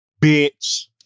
bitch